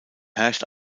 herrscht